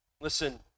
listen